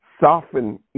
Soften